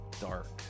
Dark